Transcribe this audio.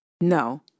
No